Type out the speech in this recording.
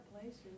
places